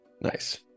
Nice